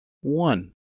one